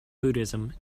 buddhism